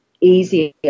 easier